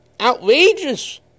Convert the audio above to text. outrageous